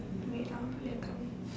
wait ah they are coming